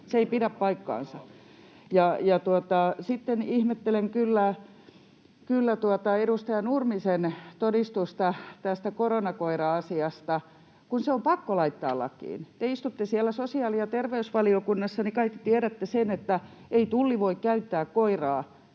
Se ei pidä paikkaansa. Sitten ihmettelen kyllä tuota edustaja Nurmisen todistusta tästä koronakoira-asiasta, kun se on pakko laittaa lakiin. Kun te istutte siellä sosiaali- ja terveysvaliokunnassa, niin kai te tiedätte, että ei Tulli voi käyttää koiraa,